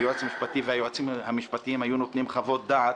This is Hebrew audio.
היועץ המשפטי והיועצים המשפטיים היו נותנים חוות דעת